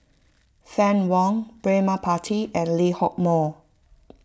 Fann Wong Braema Mathi and Lee Hock Moh